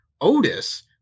Otis